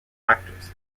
actors